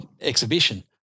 exhibition